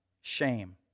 shame